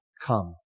come